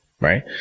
Right